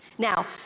Now